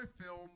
film